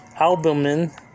albumin